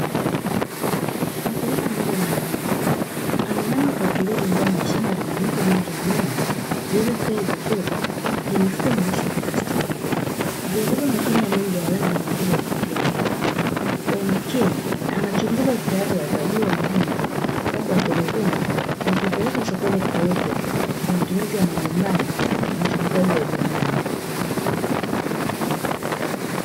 Mkulima mmoja mwanaume ameinama kwa utulivu ndani ya shamba lenye miti mingi ya nyanya zilzostawi vizuri kwenye mifuko meusi ya plastiki, zimebeba matunda mengi ya rangi nyekundu na kijani. Kwa umakini anachunguza utayari wa zao hilo muhimu kabla ya kulivuna na kulipeleka sokoni kuuza kwa matumizi ya nyumbani na usindikaji wa viwandani.